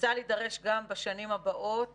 צה"ל יידרש גם בשנים הבאות